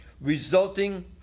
resulting